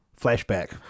Flashback